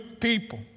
people